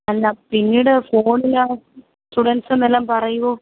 അല്ല പിന്നീട് ഫോണിനകത്ത് സ്റ്റുഡൻറ്സ് എന്നെല്ലാം പറയുമോ